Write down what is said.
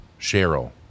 Cheryl